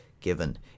given